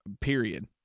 period